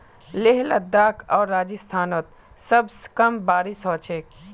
लेह लद्दाख आर राजस्थानत सबस कम बारिश ह छेक